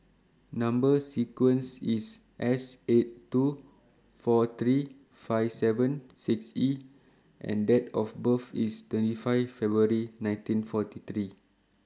Number sequence IS S eight two four three five seven six E and Date of birth IS twenty five February nineteen forty three